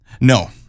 no